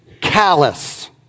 callous